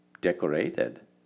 decorated